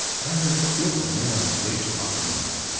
i heard two of the men on the stage talking of him.